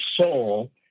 soul